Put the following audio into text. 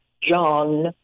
John